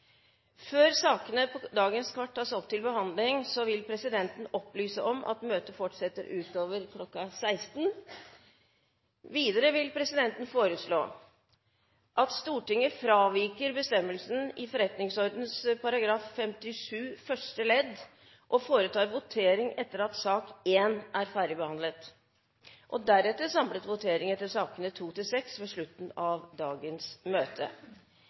Før sakene på dagens kart tas opp til behandling, vil presidenten opplyse om at møtet fortsetter utover kl. 16. Videre vil presidenten foreslå at Stortinget fraviker bestemmelsen i forretningsordenens § 57 første ledd og foretar votering etter at sak nr. 1 på dagens kart er ferdigbehandlet, og deretter samlet votering etter sakene nr. 2–6 ved slutten av dagens møte.